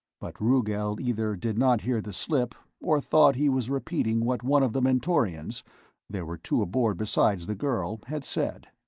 but rugel either did not hear the slip or thought he was repeating what one of the mentorians there were two aboard besides the girl had said.